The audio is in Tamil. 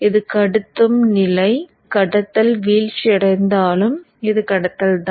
இது கடத்தும் நிலை கடத்தல் வீழ்ச்சி அடைந் தாலும் இது கடத்தல் தான்